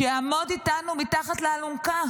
שיעמוד איתנו מתחת לאלונקה.